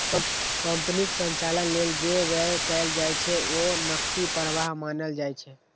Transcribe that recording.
कंपनीक संचालन लेल जे व्यय कैल जाइ छै, ओ नकदी प्रवाह मानल जाइ छै